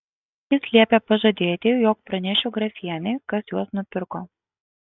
jis liepė pažadėti jog pranešiu grafienei kas juos nupirko